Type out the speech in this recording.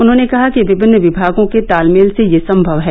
उन्होंने कहा कि विभिन्न विभागों के तालमेल से यह संभव है